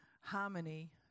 Harmony